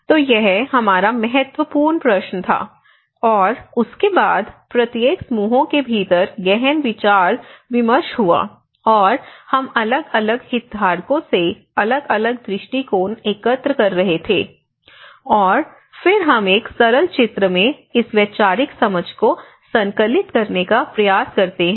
तो यह हमारा महत्वपूर्ण प्रश्न था और उसके बाद प्रत्येक समूहों के भीतर गहन विचार विमर्श हुआ और हम अलग अलग हितधारकों से अलग अलग दृष्टिकोण एकत्र कर रहे थे और फिर हम एक सरल चित्र में इस वैचारिक समझ को संकलित करने का प्रयास करते हैं